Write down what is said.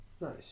Nice